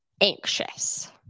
anxious